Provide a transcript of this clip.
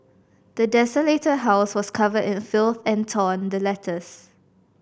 the desolated house was covered in filth and torn the letters